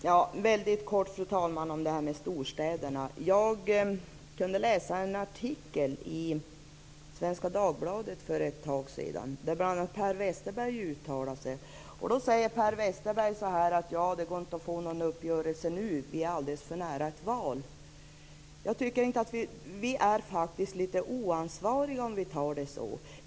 Fru talman! Jag skall väldigt kort säga något om storstäderna. Jag kunde för ett tag sedan läsa en artikel i Svenska Dagbladet, där bl.a. Per Westerberg uttalade sig. Han sade att det inte går att få någon uppgörelse nu, eftersom vi är alldeles för nära ett val. Vi är faktiskt litet oansvariga om vi tar det på det sättet.